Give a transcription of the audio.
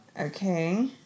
Okay